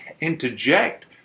interject